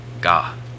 God